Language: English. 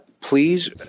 please